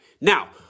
now